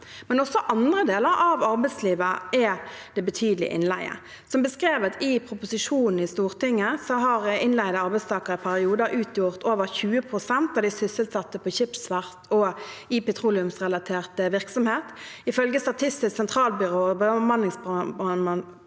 men også i andre deler av arbeidslivet er det betydelig innleie. Som beskrevet i proposisjonen til Stortinget har innleide arbeidstakere i perioder utgjort over 20 pst. av de sysselsatte på skipsverft og i petroleumsrelatert virksomhet. Ifølge Statistisk sentralbyrå og bemanningsbransjen